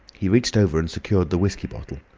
he reached over and secured the whiskey bottle.